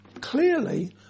clearly